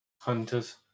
Hunters